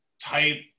type